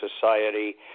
society